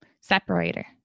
separator